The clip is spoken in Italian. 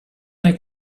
nei